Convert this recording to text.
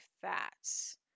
fats